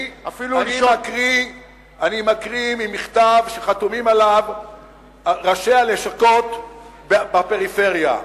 אני מקריא ממכתב שחתומים עליו ראשי הלשכות בפריפריה: